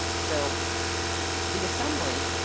so the assembly,